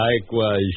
Likewise